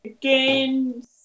Games